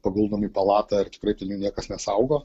paguldomi į palatą ir tikrai ten jų niekas nesaugo